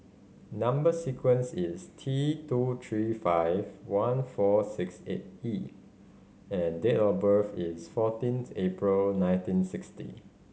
number sequence is T two three five one four six eight E and date of birth is fourteenth April nineteen sixty